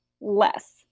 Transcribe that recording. less